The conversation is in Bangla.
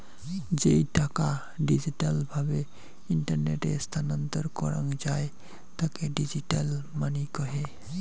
যেই টাকা ডিজিটাল ভাবে ইন্টারনেটে স্থানান্তর করাঙ যাই তাকে ডিজিটাল মানি কহে